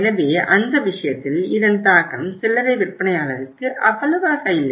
எனவே அந்த விஷயத்தில் இதன் தாக்கம் சில்லறை விற்பனையாளருக்கு அவ்வளவாக இல்லை